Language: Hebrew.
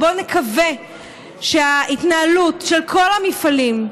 בואו נקווה שההתנהלות של כל המפעלים,